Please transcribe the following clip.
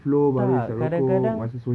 tak kadang-kadang